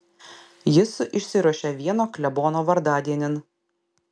jis išsiruošė vieno klebono vardadienin